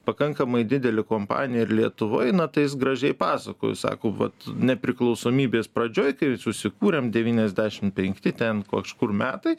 pakankamai didelė kompanija ir lietuva eina tais gražiai pasakoju sako vat nepriklausomybės pradžioj kai susikūrėm devyniasdešimt penkti ten kažkur metai